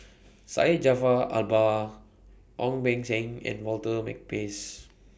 Syed Jaafar Albar Ong Beng Seng and Walter Makepeace